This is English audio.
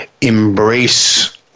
embrace